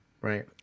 Right